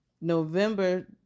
November